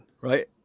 right